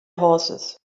horses